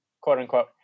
quote-unquote